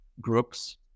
groups